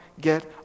get